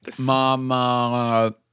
mama